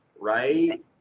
right